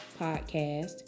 Podcast